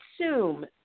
assume